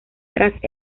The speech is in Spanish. tras